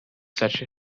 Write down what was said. such